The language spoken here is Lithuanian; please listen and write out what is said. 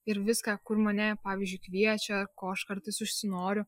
ir viską kur mane pavyzdžiui kviečia ko aš kartais užsinoriu